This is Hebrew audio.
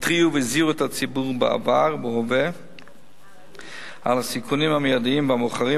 התריעו והזהירו את הציבור בעבר ובהווה על הסיכונים המיידיים והמאוחרים